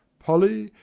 polly,